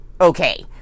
okay